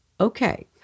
Okay